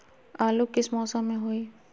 आलू किस मौसम में होई?